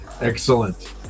excellent